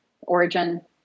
origin